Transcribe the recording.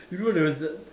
you know there was the